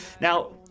Now